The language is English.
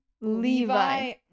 Levi